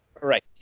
Right